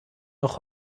noch